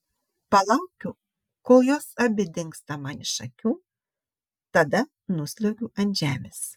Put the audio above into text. palaukiu kol jos abi dingsta man iš akių tada nusliuogiu ant žemės